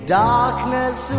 darkness